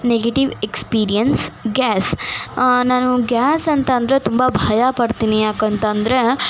negative experience gas ನಾನು gas ಅಂತಂದರೆ ತುಂಬ ಭಯಪಡ್ತೀನಿ ಯಾಕಂತಂದರೆ